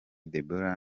deborah